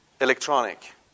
electronic